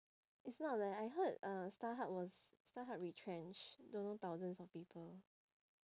it's not leh I heard uh starhub was starhub retrenched don't know thousands of people